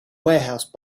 warehouse